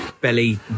belly